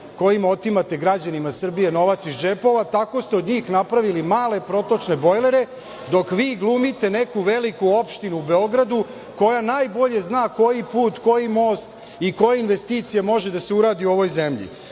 kojima otimate građanima Srbije novac iz džepova. Tako ste od njih napravili male protočne bojlere, dok vi glumite neku veliku opštinu u Beogradu koja najbolje zna koji put, koji most i koja investicija može da se uradi u ovoj zemlji. To